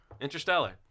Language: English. Interstellar